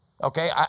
Okay